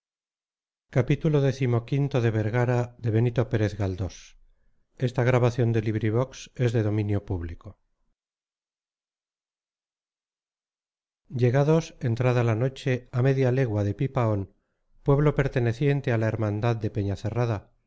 llegados entrada la noche a media legua de pipaón pueblo perteneciente a la hermandad de